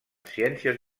ciències